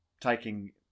taking